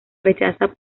rechaza